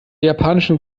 japanischen